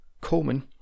Coleman